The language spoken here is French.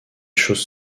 choses